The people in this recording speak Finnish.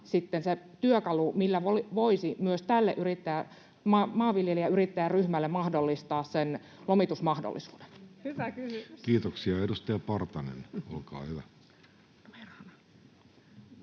se työkalu, millä voisi myös tälle maanviljelijäyrittäjäryhmälle mahdollistaa sen lomitusmahdollisuuden? [Eduskunnasta: Hyvä